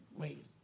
Wait